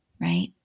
right